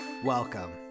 Welcome